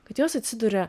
kad jos atsiduria